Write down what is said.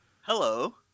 Hello